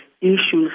issues